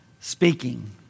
Speaking